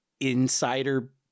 insider